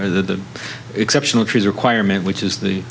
or the exceptional trees requirement which is the